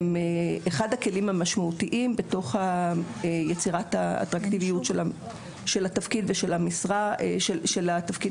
הם אחד הכלים המשמעותיים ביצירת האטרקטיביות של תפקיד ההוראה.